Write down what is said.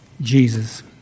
Jesus